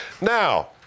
Now